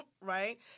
right